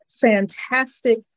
fantastic